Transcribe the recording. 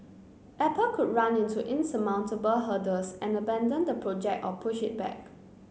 Apple could run into insurmountable hurdles and abandon the project or push it back